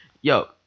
Yo